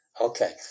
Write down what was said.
Okay